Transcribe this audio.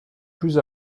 plus